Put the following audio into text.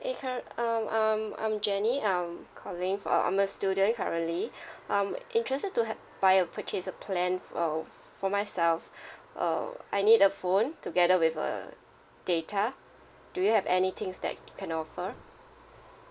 are you current~ um um I'm jenny I'm calling for I'm a student currently I'm interested to hav~ buy a purchase a plan um for myself uh I need a phone together with uh data do you have any things that can offer